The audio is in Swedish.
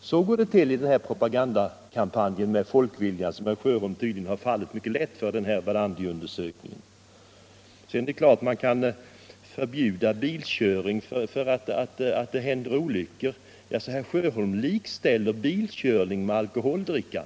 Så går det till i denna propagandakampanj med folkvilja, som herr Sjöholm tydligen har fallit mycket lätt för, när han tagit del av Verdandis undersökning. Sedan likställde herr Sjöholm bilkörning med alkoholdrickande, och det är klart att man kan förbjuda bilkörning därför att det händer olyckor när man kör bil.